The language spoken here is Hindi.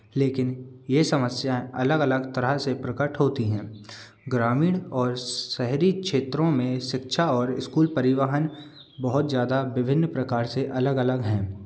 लेकिन ये समस्याएँ अलग अलग तरह से प्रकट होती हैं ग्रामीण और शहरी क्षेत्रों में शिक्षा और स्कूल परिवहन बहुत ज़्यादा विभिन्न प्रकार से अलग अलग हैं